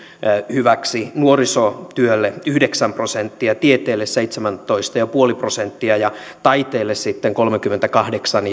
hyväksi nuorisotyölle yhdeksän prosenttia tieteelle seitsemäntoista pilkku viisi prosenttia ja taiteelle sitten kolmekymmentäkahdeksan